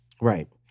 Right